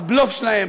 הבלוף שלהם,